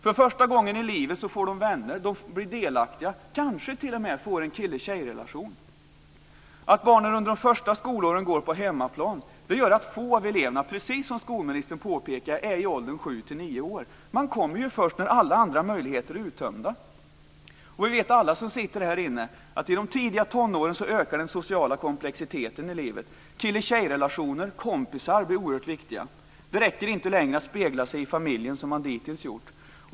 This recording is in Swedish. För första gången i livet får de vänner, de får bli delaktiga, kanske t.o.m. får en kille-tjej-relation. Att barnen under de första skolåren går på hemmaplan gör att få av eleverna, precis som skolministern påpekade, är i ålder 7-9 år. Man kommer först när alla andra möjligheter är uttömda. Vi vet alla som sitter här inne att i de tidiga tonåren ökar den sociala komplexiteten i livet. Kille-tjej-relationer och kompisar blir oerhört viktiga. Det räcker inte längre att spegla sig i familjen som man dittills gjort.